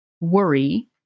worry